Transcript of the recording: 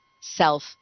self